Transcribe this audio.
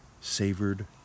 Savored